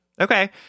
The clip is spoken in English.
okay